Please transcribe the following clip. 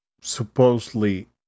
Supposedly